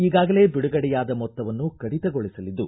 ಈಗಾಗಲೇ ಬಿಡುಗಡೆಯಾದ ಮೊತ್ತವನ್ನು ಕಡಿತಗೊಳಿಸಲಿದ್ದು